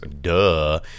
Duh